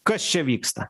kas čia vyksta